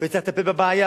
וצריך לטפל בבעיה.